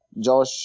Josh